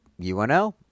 UNL